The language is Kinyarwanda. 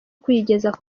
kuyigeza